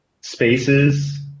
spaces